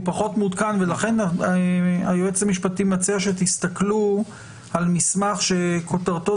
הוא פחות מעודכן ולכן היועץ המשפטי מציע שתסתכלו על מסמך שכותרתו